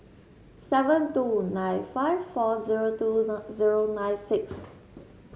seven two nine five four zero two zero nine six